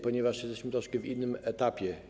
Ponieważ jesteśmy na troszkę w innym etapie.